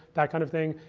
that kind of thing.